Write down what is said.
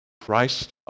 Christ